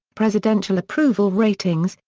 presidential approval ratings,